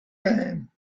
came